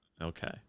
Okay